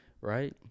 right